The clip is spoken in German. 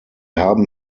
haben